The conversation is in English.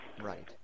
Right